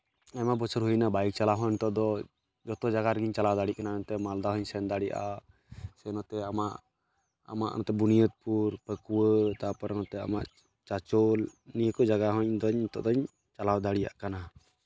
ᱟᱭᱢᱟ ᱵᱚᱪᱷᱚᱨ ᱦᱩᱭᱱᱟ ᱵᱟᱭᱤᱠ ᱪᱟᱞᱟᱣ ᱦᱚᱸ ᱱᱤᱛᱚᱜ ᱫᱚ ᱡᱚᱛᱚ ᱡᱟᱭᱜᱟ ᱨᱮᱜᱤᱧ ᱪᱟᱞᱟᱣ ᱫᱟᱲᱮᱜ ᱠᱟᱱᱟ ᱮᱱᱛᱮᱜ ᱢᱟᱞᱫᱟ ᱦᱚᱸᱧ ᱥᱮᱱ ᱫᱟᱲᱮᱭᱟᱜᱼᱟ ᱥᱮ ᱱᱚᱛᱮ ᱟᱢᱟᱜ ᱟᱢᱟᱜ ᱱᱚᱛᱮ ᱵᱩᱱᱤᱭᱟᱹᱫᱯᱩᱨ ᱯᱟᱹᱠᱩᱣᱟᱹ ᱛᱟᱨᱯᱚᱨᱮ ᱱᱚᱛᱮ ᱟᱢᱟᱜ ᱪᱟᱪᱳᱞ ᱱᱤᱭᱟᱹ ᱠᱚ ᱡᱟᱭᱜᱟ ᱦᱚᱸᱧ ᱤᱧᱫᱚᱧ ᱪᱟᱞᱟᱣ ᱫᱟᱲᱮᱭᱟᱜ ᱠᱟᱱᱟ